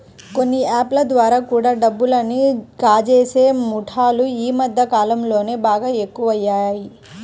కొన్ని యాప్ ల ద్వారా కూడా డబ్బుని కాజేసే ముఠాలు యీ మద్దె కాలంలో బాగా ఎక్కువయినియ్